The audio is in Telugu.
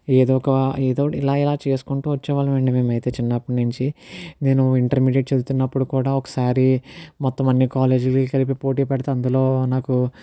ఏదో ఒక ఏదో ఒకటి ఇలా ఇలా చేసుకుంటూ వచ్చేవాళ్ళం అండి మేము అయితే చిన్నప్పుడు నుంచి నేను ఇంటర్మీడియట్ చదువుతున్నప్పుడు కూడా ఒకసారి మొత్తం అన్ని కాలేజీలు కలిపి పోటీ పెడితే అందులో నాకు